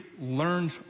learned